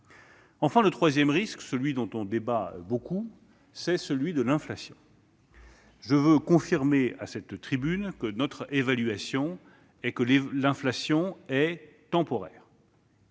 Enfin, le troisième risque, celui dont on débat beaucoup, c'est celui de l'inflation. Je veux le confirmer à cette tribune, notre évaluation est que l'inflation est temporaire.